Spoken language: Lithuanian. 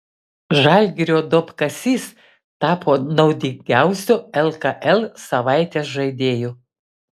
žalgirio duobkasys tapo naudingiausiu lkl savaitės žaidėju